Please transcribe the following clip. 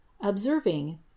observing